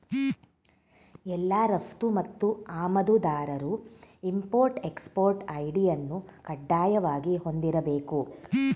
ಎಲ್ಲಾ ರಫ್ತು ಮತ್ತು ಆಮದುದಾರರು ಇಂಪೊರ್ಟ್ ಎಕ್ಸ್ಪೊರ್ಟ್ ಐ.ಡಿ ಅನ್ನು ಕಡ್ಡಾಯವಾಗಿ ಹೊಂದಿರಬೇಕು